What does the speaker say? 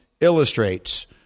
illustrates